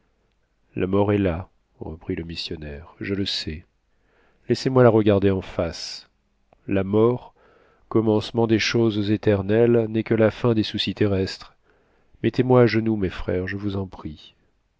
la mort est là reprit le missionnaire je le sais laissez-moi la regarder en face la mort commencement des choses éternelles n'est que la fin des soucis terrestres mettez-moi à genoux mes frères je vous en prie